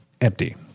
empty